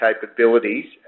capabilities